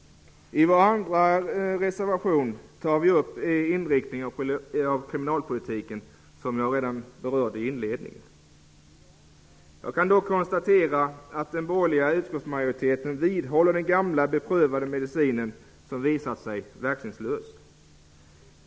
I vår andra reservation tar vi upp inriktningen av kriminalpolitiken, vilket jag berörde redan i inledningen. Jag kan konstatera att den borgerliga utskottsmajoriteten håller fast vid en gammal beprövad medicin som visat sig verkningslös.